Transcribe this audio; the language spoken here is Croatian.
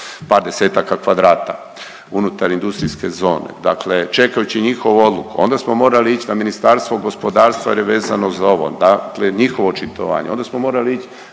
par desetaka kvadrata unutar industrijske zone. Dakle čekajući njihovu odluku, onda smo morali ići na Ministarstvo gospodarstva jer je vezano za ovo, dakle njihovo očitovanje,